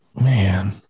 Man